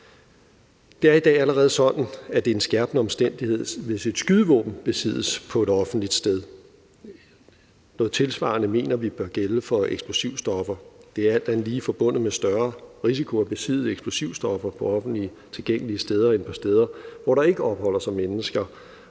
Det er i dag allerede sådan, at det er en skærpende omstændighed, hvis et skydevåben besiddes på et offentligt sted. Noget tilsvarende mener vi bør gælde for eksplosivstoffer. Det er alt andet lige forbundet med større risiko at besidde eksplosivstoffer på offentligt tilgængelige steder end på steder, hvor der ikke opholder sig mennesker,